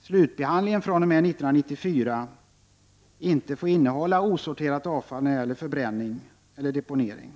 slutbehandlingen fr.o.m. 1994 inte får innehålla osorterat avfall vid förbränning eller deponering.